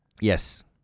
Yes